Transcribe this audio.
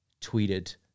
tweeted